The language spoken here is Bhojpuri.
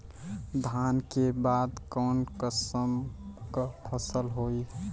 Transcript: धान के बाद कऊन कसमक फसल होई?